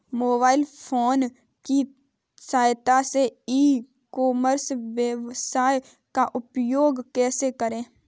Mobile phone की सहायता से ई कॉमर्स वेबसाइट का उपयोग कैसे करें?